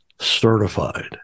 certified